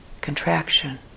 contraction